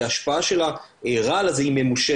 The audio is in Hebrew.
כי ההשפעה של הרעל הזה היא ממושכת.